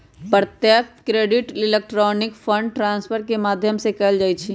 प्रत्यक्ष credit electronic fund transfer के माध्यम से कएल जाइ छइ